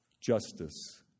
justice